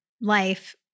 life